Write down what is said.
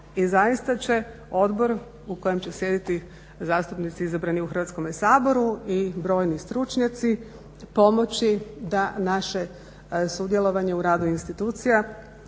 i zaista će odbor u kojem će sjediti zastupnici izabrani u Hrvatskom saboru i brojni stručnjaci pomoći da naše sudjelovanje u radu institucija